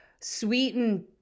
sweetened